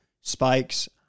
spikes